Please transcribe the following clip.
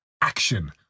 action